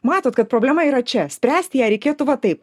matot kad problema yra čia spręsti ją reikėtų va taip